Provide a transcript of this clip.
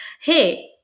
hey